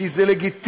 כי זה לגיטימי,